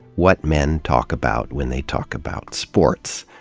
what men talk about when they talk about sports.